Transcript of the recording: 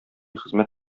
хезмәт